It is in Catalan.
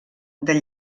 del